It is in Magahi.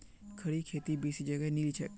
खड़ी खेती बेसी जगह नी लिछेक